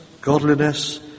godliness